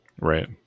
right